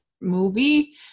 movie